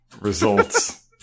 results